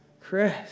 Chris